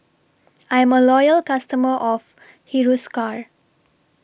I'm A Loyal customer of Hiruscar